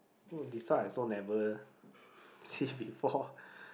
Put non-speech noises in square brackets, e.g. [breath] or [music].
no this one I also never [breath] see before